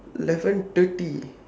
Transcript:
eleven thirty